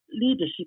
leadership